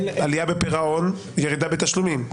עלייה בפירעון, ירידה בתשלומים.